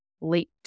late